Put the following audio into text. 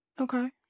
Okay